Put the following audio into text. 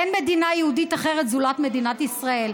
תתביישי לך.